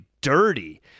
dirty